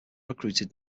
recruited